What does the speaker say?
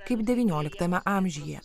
kaip devynioliktame amžiuje